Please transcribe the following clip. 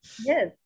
Yes